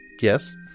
Yes